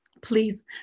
please